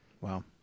Wow